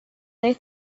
they